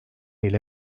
ile